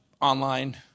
online